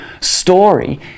story